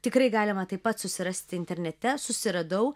tikrai galima taip pat susirasti internete susiradau